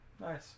Nice